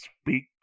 speak